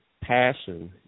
passion